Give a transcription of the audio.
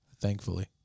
Thankfully